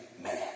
man